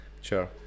Sure